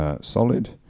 Solid